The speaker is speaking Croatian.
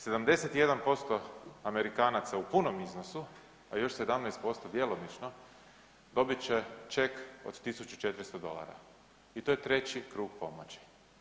71% Amerikanaca u punom iznosu a još 17% djelomično, dobit će ček od 1400 dolara i to je treći krug pomoći.